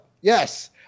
Yes